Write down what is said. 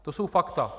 To jsou fakta.